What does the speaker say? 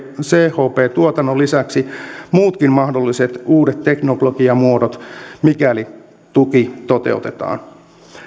chp tuotannon lisäksi muutkin mahdolliset uudet teknologiamuodot mikäli tuki toteutetaan